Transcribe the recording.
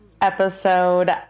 episode